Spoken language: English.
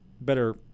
better